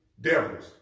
Devils